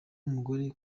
umugore